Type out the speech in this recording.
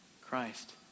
Christ